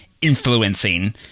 influencing